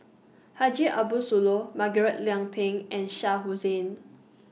Haji Ambo Sooloh Margaret Leng Tan and Shah Hussain